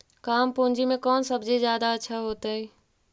कम पूंजी में कौन सब्ज़ी जादा अच्छा होतई?